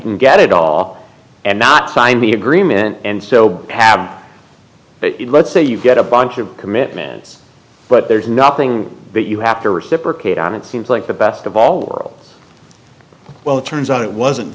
can get it all and not sign the agreement and so add it let's say you get a bunch of commitments but there's nothing that you have to reciprocate on it seems like the best of all worlds well it turns out it wasn't